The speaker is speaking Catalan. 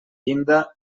llinda